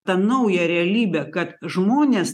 tą naują realybę kad žmonės